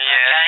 Yes